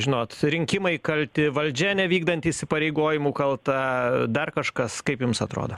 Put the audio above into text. žinot rinkimai kalti valdžia nevykdanti įsipareigojimų kalta dar kažkas kaip jums atrodo